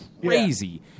crazy